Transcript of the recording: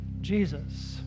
Jesus